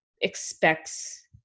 expects